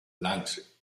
lance